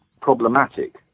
problematic